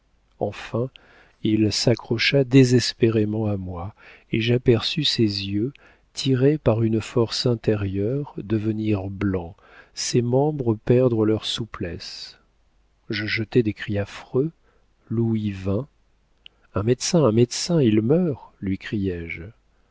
enfin il s'accrocha désespérément à moi et j'aperçus ses yeux tirés par une force intérieure devenir blancs ses membres perdre leur souplesse je jetai des cris affreux louis vint un médecin un médecin il meurt lui